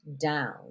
down